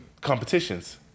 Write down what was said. competitions